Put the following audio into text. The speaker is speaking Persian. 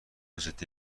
جدی